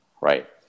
right